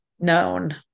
known